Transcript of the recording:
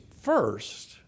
first